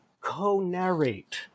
co-narrate